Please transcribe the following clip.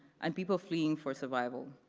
and people fleeing for survival.